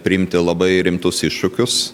priimti labai rimtus iššūkius